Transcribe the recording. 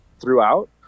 throughout